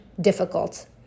difficult